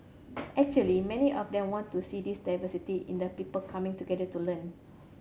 actually many of them want to see this diversity in the people coming together to learn